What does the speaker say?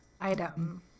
item